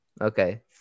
Okay